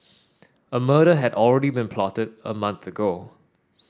a murder had already been plotted a month ago